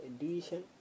edition